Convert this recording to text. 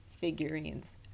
figurines